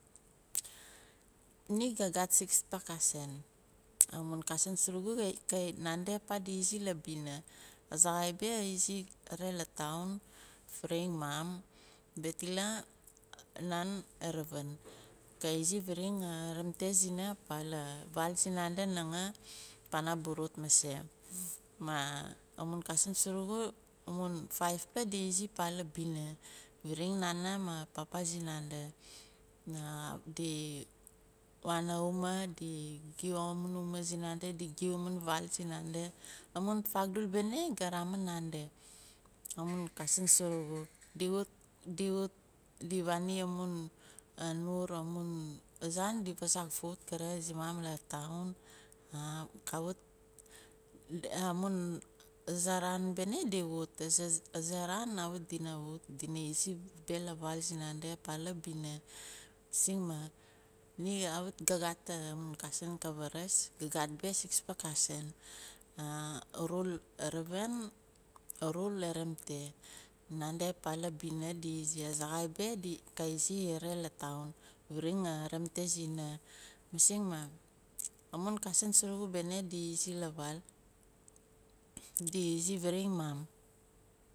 Ni ga gat sixpla cousin. amun cousin surugu kaiyi. nandi apa labina. azaxai beh ka izixaare la taun. varing maam. Betila naan aravin kaa izi varing areti zina pah laa vaal zinanda ngangaa pana burut maase. Maah amun cousin surugu amun fivepla di izi pa labina. varing nana mah papa sinanda. di waan la ahuma di giu amun ahuma sinanda.